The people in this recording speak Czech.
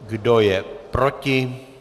Kdo je proti?